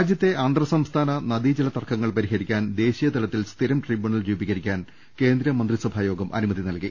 രാജ്യത്തെ അന്തർസംസ്ഥാന നദീജല തർക്കങ്ങൾ പരിഹരിക്കാൻ ദേശീയതലത്തിൽ സ്ഥിരം ട്രിബ്യൂണൽ രൂപീകരിക്കാൻ കേന്ദ്രമന്ത്രിസ ഭായോഗം അനുമതി നൽകി